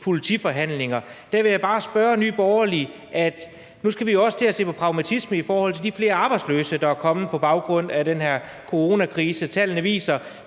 politiforhandlinger, så skal vi også til at se på pragmatisme i forhold til de flere arbejdsløse, der er kommet på baggrund af den her coronakrise. Tallene viser,